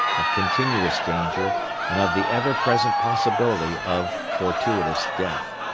of continuous danger and of the ever present possibility of fortuitous death.